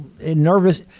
nervous